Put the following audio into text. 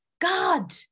God